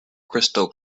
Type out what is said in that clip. crystal